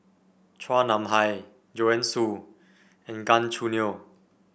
Chua Nam Hai Joanne Soo and Gan Choo Neo